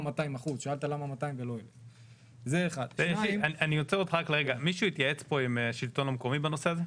200%. מישהו התייעץ פה עם השלטון המקומי בנושא הזה?